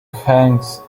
hangs